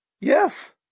Yes